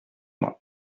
moi